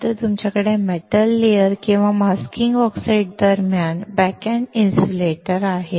नंतर तुमच्याकडे metal layer आणि मास्किंग ऑक्साईड्स दरम्यान बॅकएंड इन्सुलेटर आहेत